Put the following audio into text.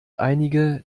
einige